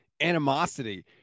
animosity